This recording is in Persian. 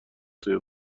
توی